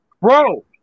Bro